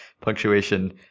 punctuation